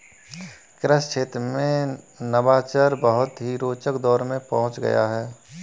कृषि क्षेत्र में नवाचार बहुत ही रोचक दौर में पहुंच गया है